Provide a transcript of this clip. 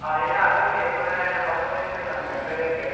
காலையில் அசம்ப்ளி அப்போ எல்லா பசங்களும் நின்றுட்டு இருந்தானுங்க ப்ரேயர்க்கு